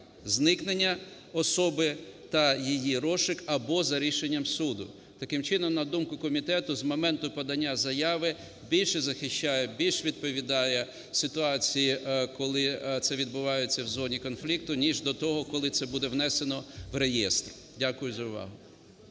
зникнення особи та її розшук або за рішенням суду". Таким чином, на думку комітету, з моменту подання заяви більш захищає, більш відповідає ситуації, коли це відбувається в зоні конфлікту ніж до того, коли це буде внесено в реєстр. Дякую за увагу.